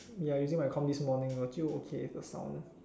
ya using my com this morning but still okay the sounds